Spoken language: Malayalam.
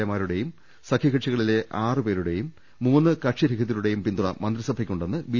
എമാരുടെയും സഖ്യകക്ഷികളിലെ ആറു പേരുടെയും മൂന്ന് കക്ഷിരഹിതരുടെയും പിന്തുണ മന്ത്രിസഭയ്ക്കുണ്ടെന്ന് ബി